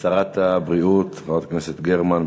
תשיב שרת הבריאות חברת הכנסת גרמן.